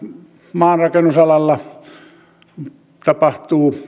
maanrakennusalalla tapahtuu